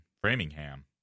Framingham